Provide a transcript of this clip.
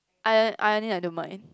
iron ironing I don't mind